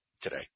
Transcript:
today